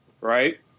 right